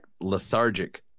lethargic